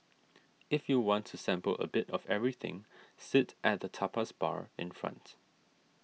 if you want to sample a bit of everything sit at the tapas bar in front